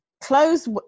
close